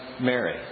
Mary